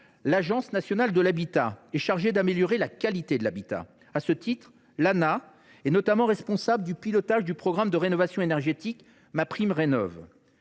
L’Agence nationale de l’habitat (Anah) est chargée d’améliorer la qualité des logements. À ce titre, elle est notamment responsable du pilotage du programme de rénovation énergétique MaPrimeRénov’.